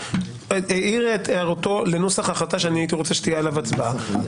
הוא העיר את הערתו לנוסח ההחלטה שהייתי רוצה שתהיה עליה הצבעה,